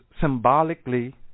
symbolically